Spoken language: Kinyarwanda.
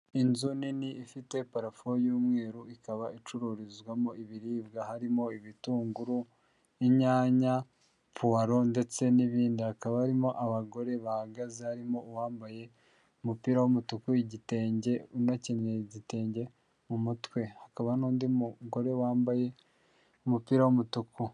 Inzu nini ifite parafo y'umweru ikaba icururizwamo ibiribwa, harimo ibitunguru, inyanya, puwaro ndetse n'ibindi, hakaba harimo abagore bahagaze harimo uwambaye umupira w'umutuku, igitenge, unakenyeye igitenge mu mutwe, hakaba n'undi mugore wambaye umupira w'umutuku.